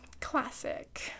classic